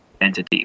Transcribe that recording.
entity